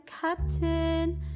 captain